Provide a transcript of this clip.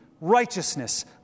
righteousness